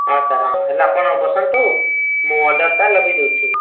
ହଁ ସାର୍ ହଁ ହେଲେ ଆପଣ ବସନ୍ତୁ ମୁଁ ଅର୍ଡ଼ରଟା ଲଗାଇ ଦେଉଛି